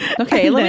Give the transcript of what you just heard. Okay